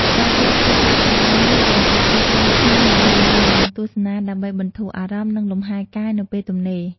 បាល់ទាត់ គឺជាកីឡាមួយដែលប្រជាជនខ្មែរនិយមលេង និងទស្សនាដើម្បីបន្ធូរអារម្មណ៍ និងលំហែរកាយនៅពេលទំនេរ។